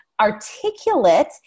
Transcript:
articulate